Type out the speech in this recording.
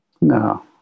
No